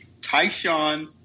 Tyshawn